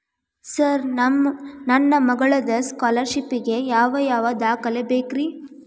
Sir ನನ್ನ ಮಗ್ಳದ scholarship ಗೇ ಯಾವ್ ಯಾವ ದಾಖಲೆ ಬೇಕ್ರಿ?